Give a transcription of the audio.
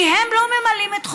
כי הם לא ממלאים את חובותיהם.